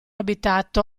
abitato